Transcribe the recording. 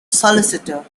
solicitor